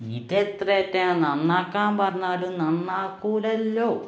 ഇതെത്ര തന്നെ നന്നാക്കാൻ പറഞ്ഞാലും നാന്നാക്കില്ലല്ലോ